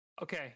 Okay